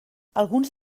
alguns